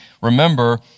Remember